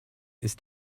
ist